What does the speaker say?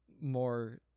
more